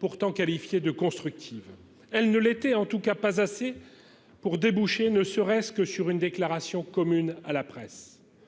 pourtant qualifiée de constructive, elle ne l'était en tout cas pas assez pour déboucher, ne serait-ce que sur une déclaration commune à la presse